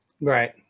right